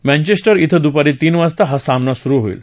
Manchester धिं दुपारी तीन वाजता हा सामना सुरु होईल